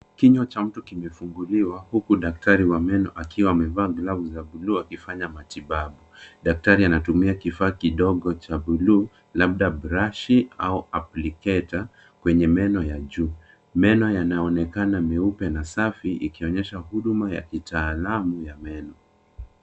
Kinywa cha mtu kimefunguliwa huku daktari wa meno akiwa amevalia glavu za bluu akifanya matibabu. Daktari anatumia kifaa kidogo cha bluu, labda brashi au apliketa, kwenye meno ya juu. Meno yanaonekana meupe na safi, ikionyesha huduma wa kitaalamu wa meno.